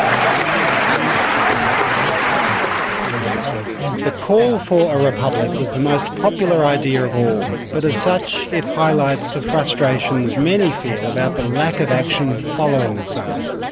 um the call for a republic was the most popular idea of all, but as such, it highlights the frustrations many feel about the lack of action following the summit.